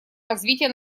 развития